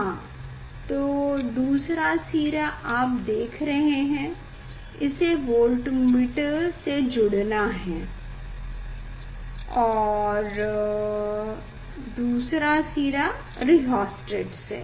हाँ तो दूसरा सिरा आप देख रहे हैं इसे वोल्टमीटर से जोड़ना है और दूसरा सिरा रिहोस्टेट से